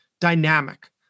dynamic